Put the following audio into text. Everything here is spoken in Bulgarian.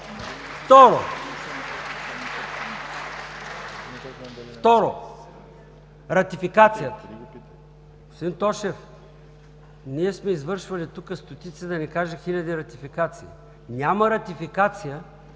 и ДПС.) Второ, ратификацията. Господин Тошев, ние сме извършвали тук стотици, да не кажа хиляди ратификации. Няма ратификация,